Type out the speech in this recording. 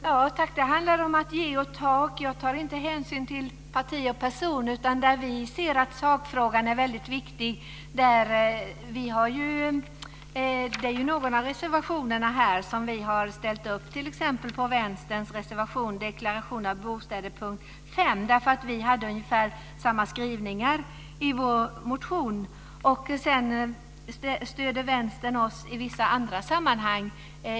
Fru talman! Det handlar om att ge och ta. Jag tar inte hänsyn till parti och person där sakfrågan är viktig. Vi har ställt upp på t.ex. Vänsterns reservation Deklaration av bostäder under punkt 5. Vi hade ungefär samma skrivningar i våra motioner. Vänstern stöder oss i vissa andra sammanhang.